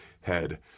head